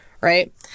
right